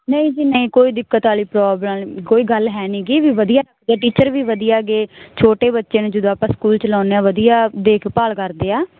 ਨਹੀਂ ਜੀ ਨਹੀਂ ਕੋਈ ਦਿੱਕਤ ਵਾਲੀ ਪ੍ਰੋਬਲਮ ਕੋਈ ਗੱਲ ਹੈ ਨਹੀਂ ਗੀ ਵੀ ਵਧੀਆ ਇਹ ਟੀਚਰ ਵੀ ਵਧੀਆ ਗੇ ਛੋਟੇ ਬੱਚੇ ਨੂੰ ਜਦੋਂ ਆਪਾਂ ਸਕੂਲ 'ਚ ਲਾਉਂਦੇ ਆ ਵਧੀਆ ਦੇਖਭਾਲ ਕਰਦੇ ਆ